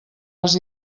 les